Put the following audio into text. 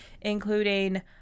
including